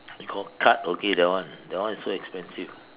you got card okay that one that one is so expensive